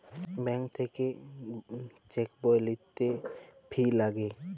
bank থাক্যে cheque বই লিতে ফি লাগে